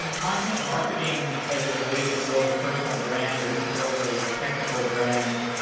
and content marketing as a way to build a personal brand or to build a technical brand,